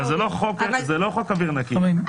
זה לא חוק אוויר נקי.